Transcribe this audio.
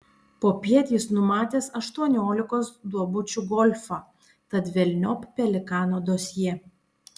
popiet jis numatęs aštuoniolikos duobučių golfą tad velniop pelikano dosjė